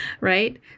right